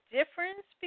difference